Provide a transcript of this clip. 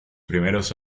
primeros